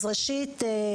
אז ראשית,